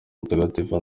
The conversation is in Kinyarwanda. mutagatifu